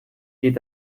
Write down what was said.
geht